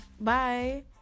bye